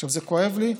עכשיו, זה כואב לי,